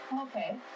Okay